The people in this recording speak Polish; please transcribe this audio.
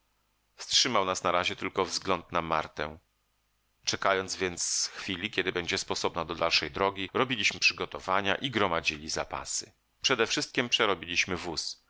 nas na razie tylko wzgląd na martę czekając więc chwili kiedy będzie sposobna do dalszej drogi robiliśmy przygotowania i gromadzili zapasy przedewszystkiem przerobiliśmy wóz